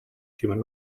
human